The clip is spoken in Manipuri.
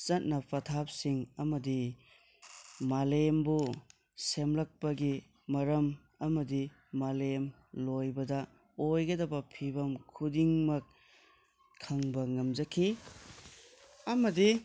ꯆꯠꯅ ꯄꯊꯥꯞꯁꯤꯡ ꯑꯃꯗꯤ ꯃꯂꯦꯝꯕꯨ ꯁꯦꯝꯂꯛꯄꯒꯤ ꯃꯔꯝ ꯑꯃꯗꯤ ꯃꯥꯂꯦꯝ ꯂꯣꯏꯕꯗ ꯑꯣꯏꯒꯗꯕ ꯐꯤꯕꯝ ꯈꯨꯗꯤꯡꯃꯛ ꯈꯪꯕ ꯉꯝꯖꯈꯤ ꯑꯃꯗꯤ